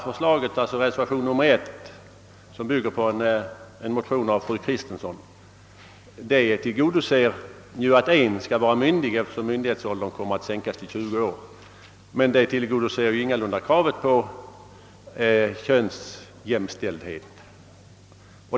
Förslaget i reservation 1, som bygger på en motion av fru Kristensson, tillgodoser kravet att en av makarna skall vara myndig, eftersom myndighetsåldern kommer att sänkas till 20 år, men det tillgodoser ju ingalunda kravet på jämlikhet mellan könen.